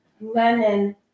Lenin